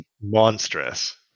monstrous